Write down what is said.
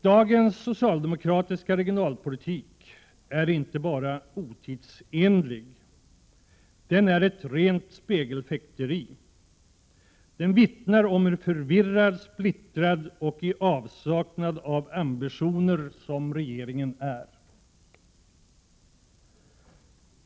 Dagens socialdemokratiska regionalpolitik är inte bara otidsenlig, utan den är ett rent spegelfäkteri och vittnar om hur förvirrad, splittrad och i avsaknad av ambitioner som regeringen är.